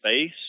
space